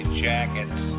jackets